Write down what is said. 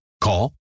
Call